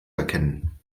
erkennen